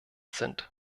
sind